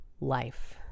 life